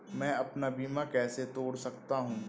मैं अपना बीमा कैसे तोड़ सकता हूँ?